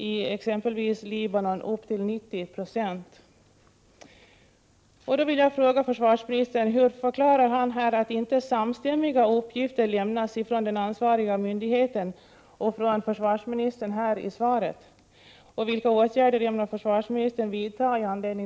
I exempelvis Libanon var det upp till 90 90.